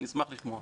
נשמח לשמוע.